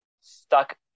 stuck